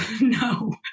no